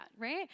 right